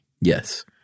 Yes